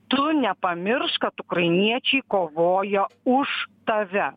tu nepamiršk kad ukrainiečiai kovoja už tave